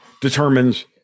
determines